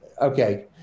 Okay